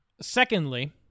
secondly